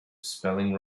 spelling